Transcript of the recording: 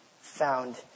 found